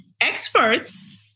experts